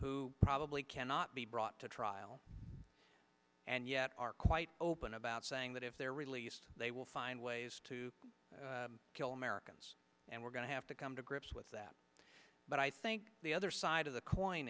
who probably cannot be brought to trial and yet are quite open about saying that if they're released they will find ways to kill americans and we're going to have to come to grips with that but i think the other side of the coin